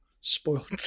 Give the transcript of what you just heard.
spoiled